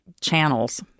channels